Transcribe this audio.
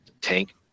Tank